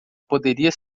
poderia